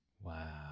Wow